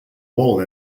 wall